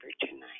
tonight